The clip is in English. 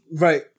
Right